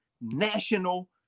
national